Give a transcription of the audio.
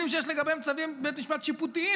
שיש לגביהם צווי בית משפט שיפוטיים,